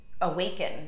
awaken